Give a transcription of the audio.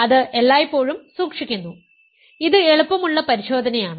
അത് എല്ലായ്പ്പോഴും സൂക്ഷിക്കുന്നു ഇത് എളുപ്പമുള്ള പരിശോധനയാണ്